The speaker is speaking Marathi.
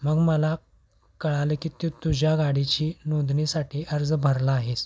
मग मला कळालं की तू तुझ्या गाडीची नोंदणीसाठी अर्ज भरला आहेस